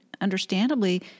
understandably